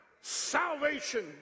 salvation